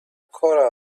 corral